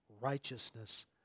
righteousness